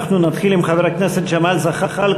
אנחנו נתחיל עם חבר הכנסת ג'מאל זחאלקה,